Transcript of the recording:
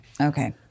Okay